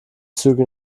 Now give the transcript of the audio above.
züge